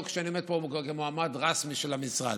לא כשאני עומד פה כמועמד רשמי של המשרד.